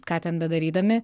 ką ten bedarydami